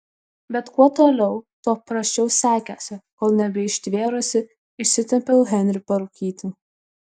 bet kuo toliau tuo prasčiau sekėsi kol nebeištvėrusi išsitempiau henrį parūkyti